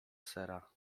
sera